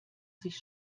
sich